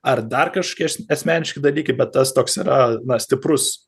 ar dar kažkokie as asmeniški dalykai bet tas toks yra na stiprus